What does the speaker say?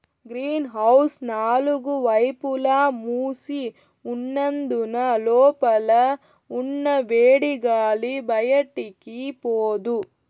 green house నాలుగు వైపులా మూసి ఉన్నందున లోపల ఉన్న వేడిగాలి బయటికి పోదు